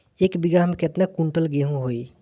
एक बीगहा में केतना कुंटल गेहूं होई?